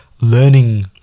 learning